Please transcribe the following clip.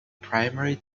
primary